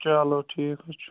چَلو ٹھیٖک حظ چھُ